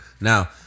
Now